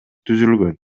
түзүлгөн